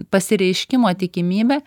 pasireiškimo tikimybę